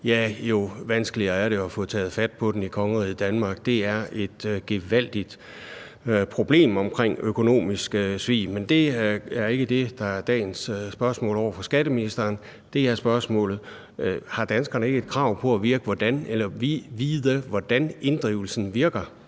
jo vanskeligere er det at få taget fat på den i kongeriget Danmark. Det er et gevaldigt problem omkring økonomisk svig. Men det er ikke det, der er dagens spørgsmål til skatteministeren. Det er spørgsmålet: Har danskerne ikke et krav på at vide, hvordan inddrivelsen virker